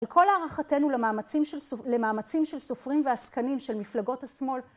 וכל הערכתנו למאמצים של סופרים ועסקנים של מפלגות השמאל